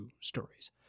stories